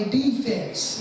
defense